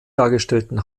dargestellten